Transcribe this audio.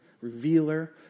revealer